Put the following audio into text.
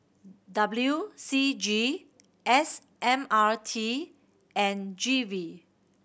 W C G S M R T and G V